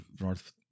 north